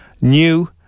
new